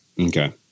Okay